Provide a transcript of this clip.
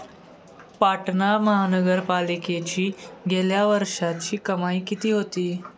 पाटणा महानगरपालिकेची गेल्या वर्षीची कमाई किती होती?